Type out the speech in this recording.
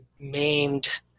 maimed